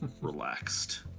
relaxed